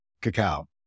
cacao